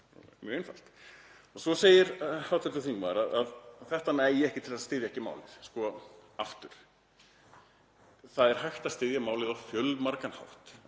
mjög einfalt. Svo segir hv. þingmaður að þetta nægi ekki til að styðja ekki málið. Aftur: Það er hægt að styðja málið á fjölmargan hátt.